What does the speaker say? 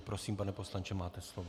Prosím, pane poslanče, máte slovo.